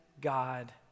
God